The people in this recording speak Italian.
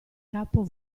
capo